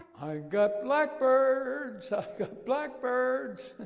i've got blackbirds, i've got blackbirds!